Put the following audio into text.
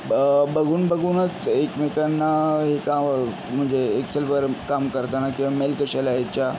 बघून बघूनच एकमेकांना हे कां म्हणजे एक्सेलवर काम करतांना किंवा मेल कशा लिहायच्या